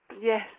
Yes